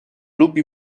lubi